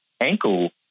ankle